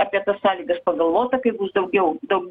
apie tas sąlygas pagalvota kai bus daugiau daug